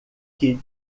que